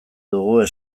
dugu